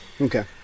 Okay